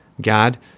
God